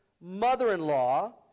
mother-in-law